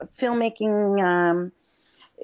filmmaking